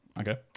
Okay